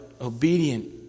obedient